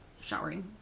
showering